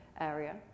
area